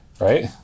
right